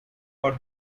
for